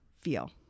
feel